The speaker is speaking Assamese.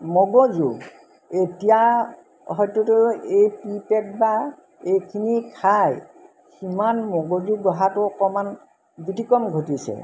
মগজু এতিয়া সত্যতে এই প্রি পেক বা এইখিনি খাই সিমান মগজু গঢ়াটো অকণমান গুটিকম ঘটিছে